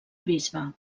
bisbe